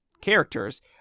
characters